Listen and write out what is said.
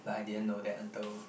like I didn't know that until